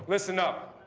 listen up.